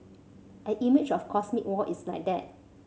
an image of cosmic war is like that